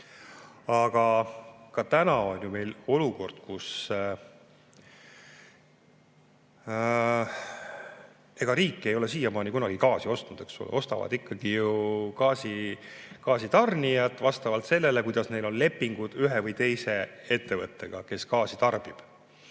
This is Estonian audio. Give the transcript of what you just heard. Aga ka täna on meil olukord, kus riik ei ole siiamaani kunagi gaasi ostnud, vaid ostavad ikkagi gaasitarnijad vastavalt sellele, kuidas neil on lepingud ühe või teise ettevõttega, kes gaasi tarbib.